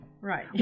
Right